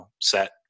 set